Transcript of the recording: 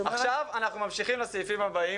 עכשיו אנחנו ממשיכים לסעיפים הבאים.